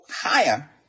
higher